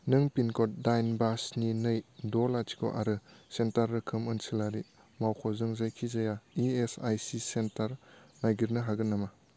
नों पिनक'ड दाइन बा स्नि नै द' लाथिख' आरो सेन्टार रोखोम ओनसोलारि मावख'जों जायखिजाया इएसआइसि सेन्टार नागिरनो हागोन नामा